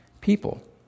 people